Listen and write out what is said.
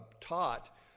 taught